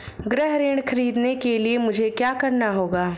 गृह ऋण ख़रीदने के लिए मुझे क्या करना होगा?